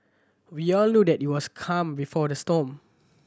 we all knew that it was calm before the storm